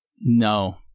no